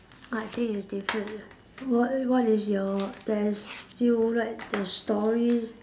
I think it's different ah what what is your there's few right there's story